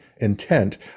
intent